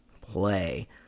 play